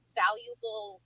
valuable